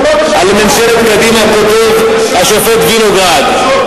זה לא משכנע, על ממשלת קדימה כותב השופט וינוגרד,